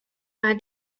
are